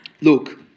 Look